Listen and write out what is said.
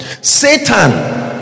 Satan